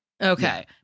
Okay